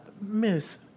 Miss